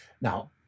Now